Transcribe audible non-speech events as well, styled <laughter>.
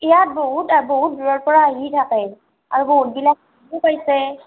ইয়াত বহুত বহুত দূৰৰ পৰা আহি থাকে আৰু বহুতবিলাক <unintelligible>